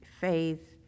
faith